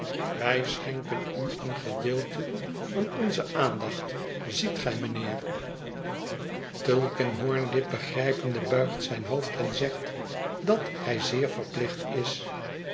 wij schenken u een gedeelte van onze aandacht ziet gij mijnheer tulkinghorn dit begrijpende buigt zijn hoofd en zegt dat hij zeer verplicht is